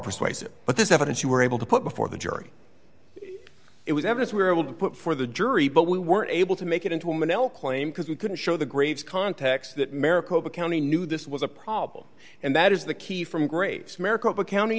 persuasive but this evidence you were able to put before the jury it was evidence we were able to put for the jury but we weren't able to make it into a woman l claim because we couldn't show the graves context that maricopa county knew this was a problem and that is the key from graves maricopa county